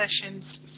sessions